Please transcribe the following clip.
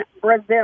Brazil